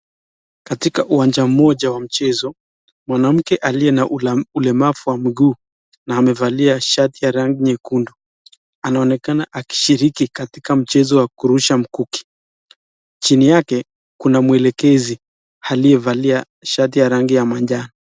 Katika uwanja moja wa mchezo, mwanamke aliye na ulemavu wa mguu na amevalia shati ya rangi nyekundu anaonekana akishiriki katika mchezo wa kurusha mkuki. Chini yake kuna mwelekezi aliyevalia shati ya rangi ya manjano.